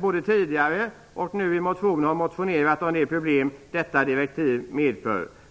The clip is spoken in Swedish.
Både tidigare och nu i motioner har vi tagit upp en del av de problem som detta direktiv medför.